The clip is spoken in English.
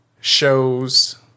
shows